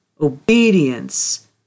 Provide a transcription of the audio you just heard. obedience